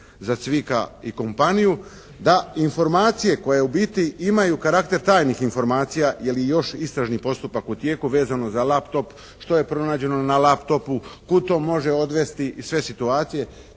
za Cvika i kompaniju, da informacije koje u biti imaju karakter daljnjih informacija jer je još istražni postupak u tijeku vezano za laptop, što je pronađeno na laptopu, kud to može odvesti i sve situacije.